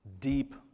deep